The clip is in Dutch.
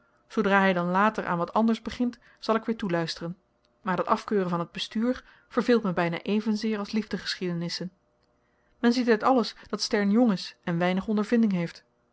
zoodra hy dan later aan wat anders begint zal ik weer toeluisteren maar dat afkeuren van t bestuur verveelt me byna evenzeer als liefdegeschiedenissen men ziet uit alles dat stern jong is en weinig ondervinding heeft